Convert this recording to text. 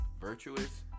virtuous